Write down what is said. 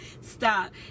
Stop